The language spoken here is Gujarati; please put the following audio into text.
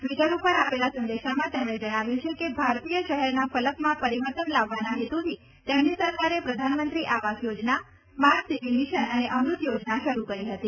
ટિવટર ઉપર આપેલા સંદેશામાં તેમણે જણાવ્યું છે કે ભારતીય શહેરના ફલકમાં પરિવર્તન લાવવાના હેતુથી તેમની સરકારે પ્રધાનમંત્રી આવાસ યોજના સ્માર્ટ સીટી મિશન અને અમ્રત યોજના શરૂ કરી હતી